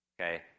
Okay